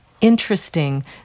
interesting